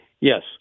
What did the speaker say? Yes